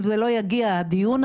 אם הדיון הזה לא יגיע לסיום,